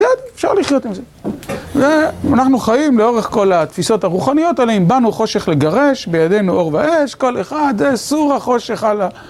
אפשר לחיות עם זה, ואנחנו חיים לאורך כל התפיסות הרוחניות עליהן. אם בנו חושך לגרש, בידינו אור ואש, כל אחד, איסור החושך על ה...